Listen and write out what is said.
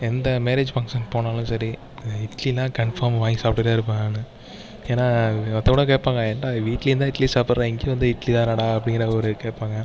எந்த marriage function போனாலும் சரி இட்லிலாம் கன்ஃபார்ம் வாங்கி சாப்ட்டுகிட்டே இருப்பேன் நான் ஏன்னா ஒருத்தவன் கூட கேப்பாங்க ஏன்டா வீட்லேயும் தான் இட்லி சாப்பிட்ற இங்கேயும் வந்து இட்லி தானாடா அப்படிங்கிற ஒரு கேப்பாங்க